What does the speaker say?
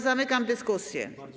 Zamykam dyskusję.